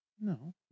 No